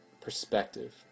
perspective